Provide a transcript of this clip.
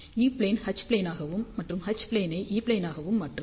ஈ plane ஐ H plane ஆகவும் மற்றும் எச் ப்ளேன் ஐ ஈ ப்ளேனாகவும் மாற்றுங்கள்